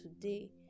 today